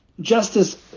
justice